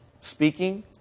Speaking